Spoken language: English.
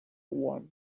one